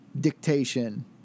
dictation